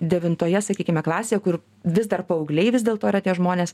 devintoje sakykime klasėje kur vis dar paaugliai vis dėlto yra tie žmonės